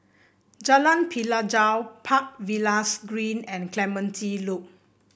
Jalan Pelajau Park Villas Green and Clementi Loop